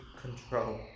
Control